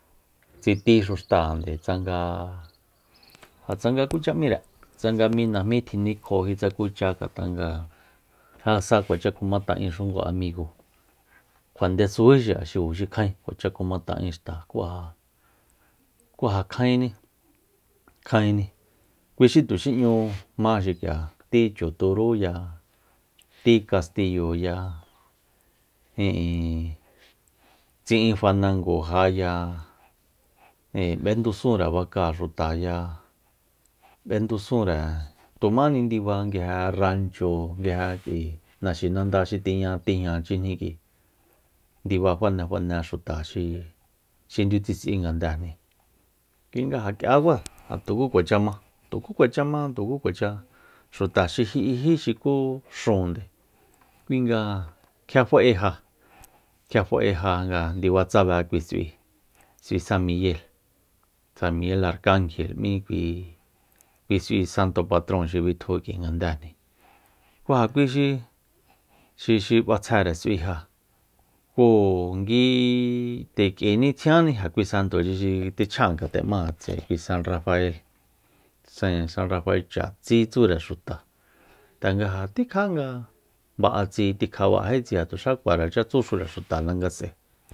Tsitíxu xtande tsanga ja tsanga kucha m'íre tsanga mí najmí tjinikjoji tsa kucha ngat'a nga ja sa kuacha kumata'enxu ngu amigo kjua ndesují xi'a xikuaxikjaen kuacha kuma ta'en xta kú ja- kú ja kjaenni- kjaenni kuixi tuxi n'ñu ma xik'ia tí chu turúya tí kastiyoya ijin tsi'in fanangojaya ijin b'endusúnre baca xutaya b'endusunre tujmáni ndiba nguije ranchyúu nguije k'ui naxinanda xi tiña tijñachijni k'ui ndiba fane- fane xuta xi- xi ndiutsis'ui ngandejni kuinga ja k'ia kua ja tuku kuacha ma tuku kuacha ma tuku kuacha xuta xi ji'ijí xuku xúunde kuinga kjia fa'eja kjia fa'eja nga ndiba tsabe kui s'ui s'ui san miguel san miguel arkanjel m'í kui- kui s'ui santo patron xi bitju k'ui ngandejni ku ja kui xi- xi- xi b'atsjere s'uija kuu ngui nde k'uini tjianni kui santochi xi te chj'a'an kjat'emáa tse'e kui san rafael sa rafae chatsí tsúre xuta tanga ja tikja nga ba'a tsi tikja ba'ají tsi ja tuxa kuaracha tsúxure xuta ndangas'ae